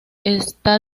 está